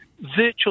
virtual